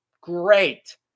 great